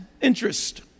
interest